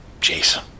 Jason